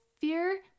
fear